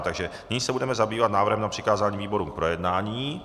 Takže nyní se budeme zabývat návrhem na přikázání výborům k projednání.